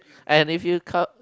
and if you cov~